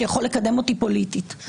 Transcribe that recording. שיכול לקדם אותי פוליטית.